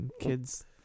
kids